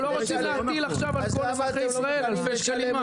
אנחנו לא רוצים להטיל עכשיו על אזרחי ישראל אלפי שקלים מס.